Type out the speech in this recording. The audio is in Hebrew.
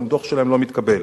גם דוח שלהם לא היה מתקבל.